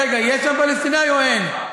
רגע, יש עם פלסטיני או אין?